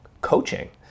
coaching